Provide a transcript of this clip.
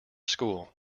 school